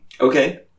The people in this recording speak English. Okay